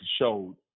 showed